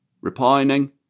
repining